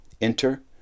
Enter